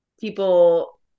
people